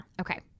Okay